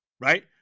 right